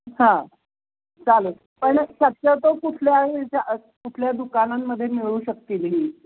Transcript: हां चालेल पण शक्यतो कुठल्या कुठल्या दुकानांमध्ये मिळू शकतील ही